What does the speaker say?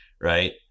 right